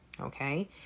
okay